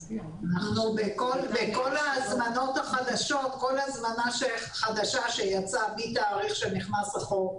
בכל הזמנה חדשה שיצאה מתאריך שבו נכנס החוק,